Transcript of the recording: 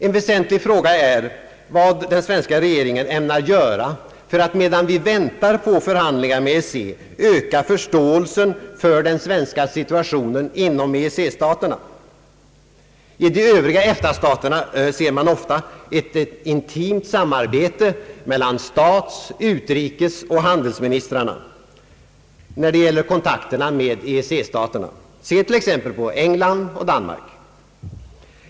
En väsentlig fråga är vad den svenska regeringen ämnar göra för att, medan vi väntar på förhandlingar med EEC, öka förståelsen för den svenska situationen inom EEC-staterna. I de övriga EFTA-staterna ser man ofta ett in timt samarbete mellan stats-, utrikesoch handelsministrarna, när det gäller kontakterna med EEC-staterna. Se t.ex. på England och Danmark!